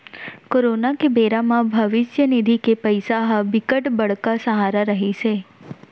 corona के बेरा म भविस्य निधि के पइसा ह बिकट बड़का सहारा रहिस हे